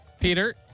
Peter